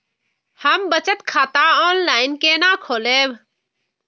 हम बचत खाता ऑनलाइन केना खोलैब?